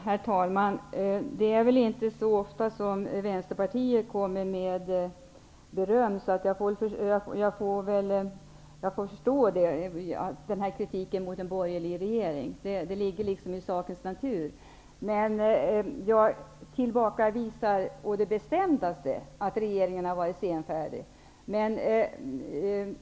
Herr talman! Det är väl inte så ofta som Vänsterpartiet kommer med beröm. Jag får väl därför förstå kritiken mot en borgerlig regering -- den ligger liksom i sakens natur. Men jag tillbakavisar å det bestämdaste att regeringen har varit senfärdig.